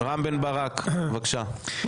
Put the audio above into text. רם בן ברק, בבקשה.